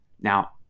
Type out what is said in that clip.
Now